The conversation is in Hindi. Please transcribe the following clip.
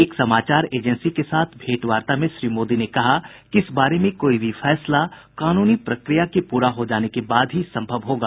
एक समाचार एजेंसी के साथ भेंटवार्ता में श्री मोदी ने कहा कि इस बारे में कोई भी फैसला कानूनी प्रक्रिया पूरा हो जाने के बाद ही संभव होगा